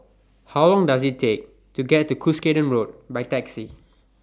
How Long Does IT Take to get to Cuscaden Road By Taxi